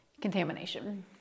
contamination